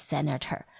Senator